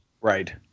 Right